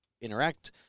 interact